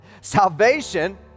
salvation